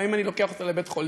לפעמים אני לוקח אותה לבית-חולים.